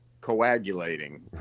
coagulating